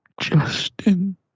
Justin